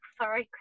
sorry